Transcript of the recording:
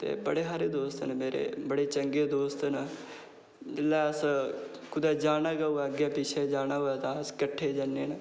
ते बड़े हारे दोस्त न मेरे बड़े चंगे दोस्त न जेल्लै असें कुदै जाना गै होऐ अग्गें पिच्छें जाना होऐ तां अस किट्ठे जन्ने